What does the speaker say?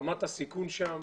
רמת הסיכון שם,